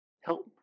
help